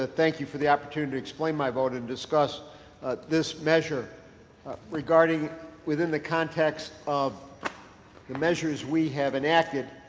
ah thank you for the opportunity to explain my vote and discuss this measure regarding within the context of the measures that we have enacted,